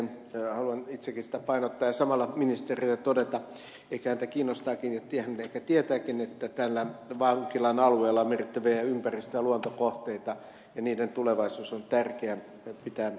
haluan itsekin sitä painottaa ja samalla ministerille todeta ehkä häntä kiinnostaa ja ehkä hän tietääkin että tällä vankilan alueella on merkittäviä ympäristö ja luontokohteita ja niiden tulevaisuudesta on tärkeää pitää huoli